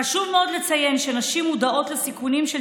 חשוב מאוד לציין שנשים מודעות לסיכונים של